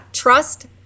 trust